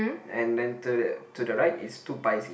and then to the to the right is two pies each